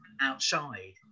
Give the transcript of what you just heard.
outside